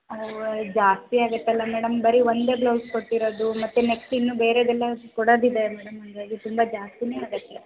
ಅ ವ ಜಾಸ್ತಿ ಆಗತ್ತಲ್ಲ ಮೇಡಮ್ ಬರೀ ಒಂದೇ ಬ್ಲೌಸ್ ಕೊಟ್ಟಿರೋದು ಮತ್ತು ನೆಕ್ಸ್ಟ್ ಇನ್ನೂ ಬೇರೆಯದೆಲ್ಲ ಕೊಡೋದಿದೆ ಮೇಡಮ್ ಹಾಗಾಗಿ ತುಂಬ ಜಾಸ್ತಿನೇ ಆಗತ್ತೆ